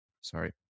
Sorry